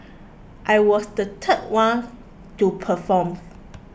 I was the third one to perform